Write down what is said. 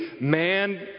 man